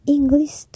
English